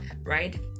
right